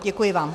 Děkuji vám.